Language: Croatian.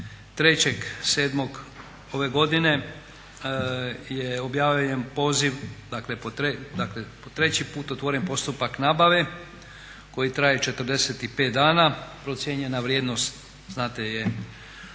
3.07. ove godine je objavljen poziv, dakle po treći put otvoren postupak nabave koji traje 45 dana. Procijenjena vrijednost je